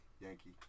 Yankee